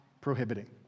prohibiting